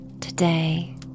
today